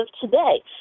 today